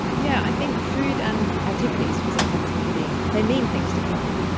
yeah i think food and activities, physical activity, they mean things to people.